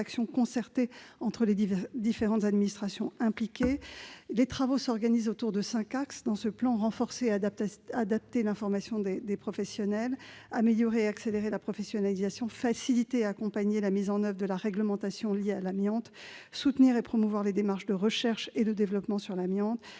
des actions concertées entre les administrations impliquées. Les travaux s'organisent autour de cinq axes : renforcer et adapter l'information des professionnels ; améliorer et accélérer la professionnalisation ; faciliter et accompagner la mise en oeuvre de la réglementation liée à l'amiante ; soutenir et promouvoir les démarches de recherche et de développement sur l'amiante